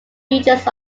regions